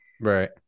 right